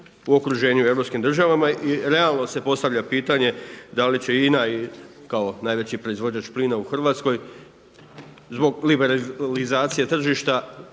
u okruženju u europskim državama. I realno se postavlja pitanje da li će INA kao najveći proizvođač plina u Hrvatskoj zbog liberalizacije tržišta